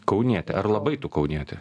kaunietė ar labai tu kaunietė